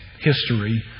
history